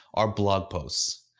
are blog posts.